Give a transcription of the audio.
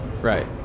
Right